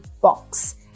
box